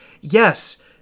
yes